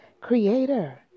creator